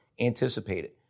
anticipated